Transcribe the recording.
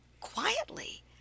quietly